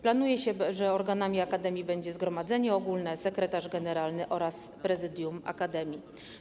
Planuje się, że organami akademii będzie zgromadzenie ogólne, sekretarz generalny oraz prezydium akademii.